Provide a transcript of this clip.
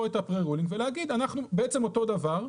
את הפרה-רולינג ולהגיד: אנחנו בעצם אותו דבר,